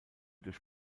durch